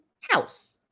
house